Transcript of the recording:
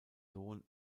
sohn